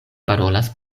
parolas